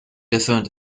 different